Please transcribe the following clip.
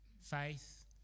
faith